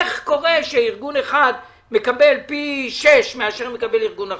איך קורה שארגון אחד מקבל פי שישה מאשר מקבל ארגון אחר?